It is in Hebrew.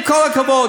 עם כל הכבוד,